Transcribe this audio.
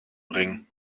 bringen